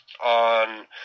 on